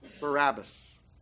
Barabbas